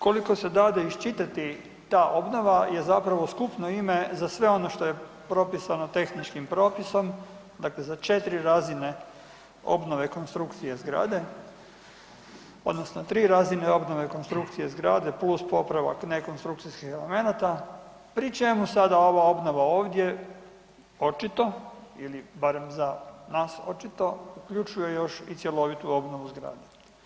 Koliko se dade iščitati ta obnova je zapravo skupno ime za sve ono što je propisano tehničkim propisom, dakle za 4 razine obnove konstrukcije zgrade odnosno 3 razine obnove konstrukcije zgrade plus popravak nekonstrukcijskih elemenata pri čemu sada ova obnova ovdje očito ili barem za nas očito uključuje još i cjelovitu obnovu zgrade.